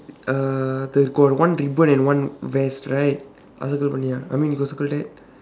uh the got one ribbon and one vest right I also don't know ya I mean you got circle that